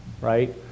right